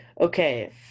Okay